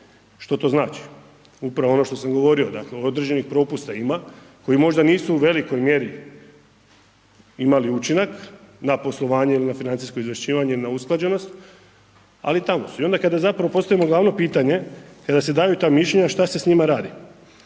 Što to znači? Upravo ono što sam govorio, dakle određenih propusta ima, koji možda nisu u velikoj mjeri imali učinak na poslovanje ili na financijsko izvješćivanje ili na usklađenost ali tamo su. I onda kada zapravo postavimo glavno pitanje, kada se daju ta mišljenja šta se s njima radi,